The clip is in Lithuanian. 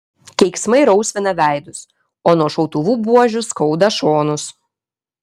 keiksmai rausvina veidus o nuo šautuvų buožių skauda šonus